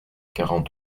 quarante